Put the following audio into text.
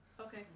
Okay